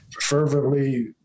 fervently